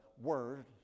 word